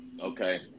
okay